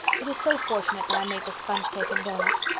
it is so fortunate that i made the sponge cake and doughnuts.